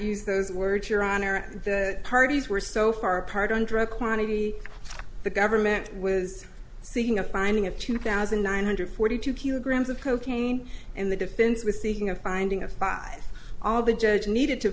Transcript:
use those words your honor the parties were so far apart on drug quantity the government was seeking a finding of two thousand nine hundred forty two kilograms of cocaine and the defense with seeking a finding of five all the judge needed to